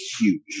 huge